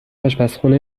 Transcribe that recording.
آشپزخونه